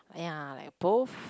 aiyar like a both